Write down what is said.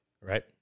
Right